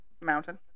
Mountain